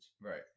Right